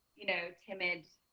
you know, timid